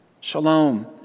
Shalom